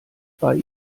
bei